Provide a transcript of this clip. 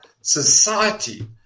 society